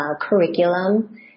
curriculum